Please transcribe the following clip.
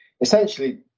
Essentially